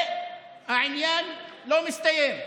והעניין לא מסתיים.